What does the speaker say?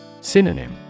Synonym